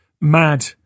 mad